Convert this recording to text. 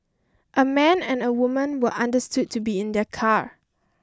a man and a woman were understood to be in the car